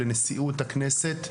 לנשיאות הכנסת,